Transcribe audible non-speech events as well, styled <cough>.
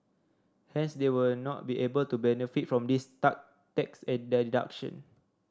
hence they will not be able to benefit from these <unintelligible> tax <unintelligible> deduction